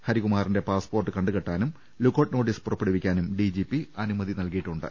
ഹരികുമാ റിന്റെ പാസ്പോർട്ട് കണ്ടുകെട്ടാനും lookout notice പുറപ്പെടുവി ക്കാനും ഡിജിപി അനുമതി നൽകിയിട്ടുണ്ട്